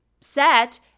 set